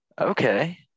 Okay